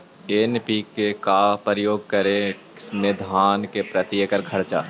NPK का प्रयोग करे मे धान मे प्रती एकड़ खर्चा?